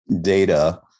data